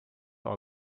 all